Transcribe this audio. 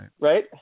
Right